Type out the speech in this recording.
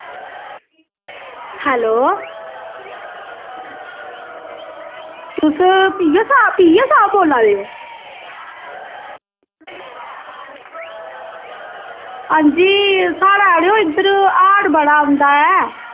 hello तुस P O साह्ब P O साह्ब बोल्ला दे साढ़े इद्धर अड़ेओ हाड़ बड़ा औंदा ऐ